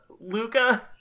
Luca